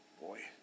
boy